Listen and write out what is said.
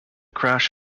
crash